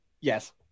Yes